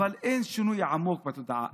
אין שינוי עמוק בתודעה.